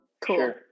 cool